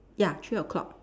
ya three o-clock